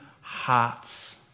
hearts